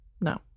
no